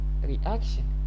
reaction